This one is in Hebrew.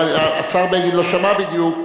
השר בגין לא שמע בדיוק,